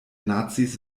nazis